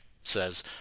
says